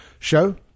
show